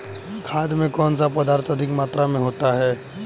खाद में कौन सा पदार्थ अधिक मात्रा में होता है?